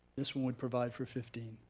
this one would provide for fifteen.